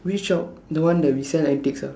which shop the one the beside antiques ah